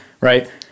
right